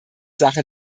sache